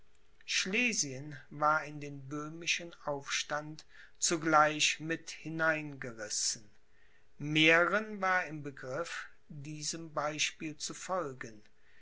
schlesien war in den böhmischen aufstand zugleich mit hineingerissen mähren war im begriff diesem beispiel zu folgen